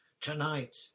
Tonight